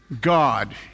God